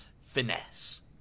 finesse